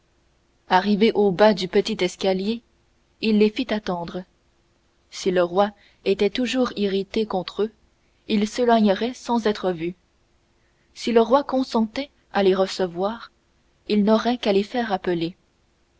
arrivé au bas du petit escalier il les fit attendre si le roi était toujours irrité contre eux ils s'éloigneraient sans être vus si le roi consentait à les recevoir on n'aurait qu'à les faire appeler